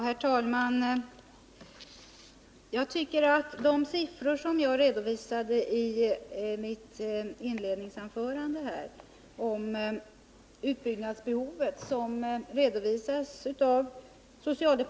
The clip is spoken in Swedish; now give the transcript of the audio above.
Herr talman! Jag tycker att de siffror som jag redovisade i mitt inledningsanförande borde säga någonting om behovet av att bygga ut barnomsorgen.